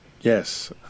yes